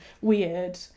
weird